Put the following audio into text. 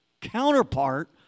counterpart